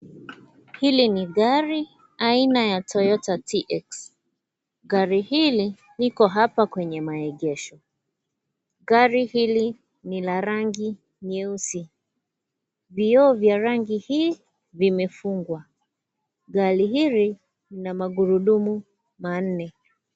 Hili ni gari aina ya Toyota TX, gari hili liko hapa kwenye maegesho gari hili ni la rangi nyeusi vio vya rangi hii vimefungwa, gari hili lina magurudumu manne.